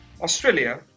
Australia